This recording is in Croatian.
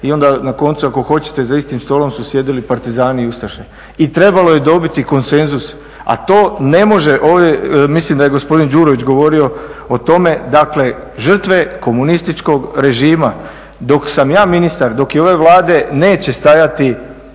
i onda na koncu ako hoćete za istim stolom su sjedili partizani i ustaše. I trebalo je dobiti konsenzus, a to ne može, mislim da je gospodin Đurović govorio o tome, dakle žrtve komunističkog režima. Dok sam ja ministar, dok je ove Vlade, neće stajati